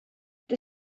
het